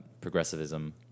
progressivism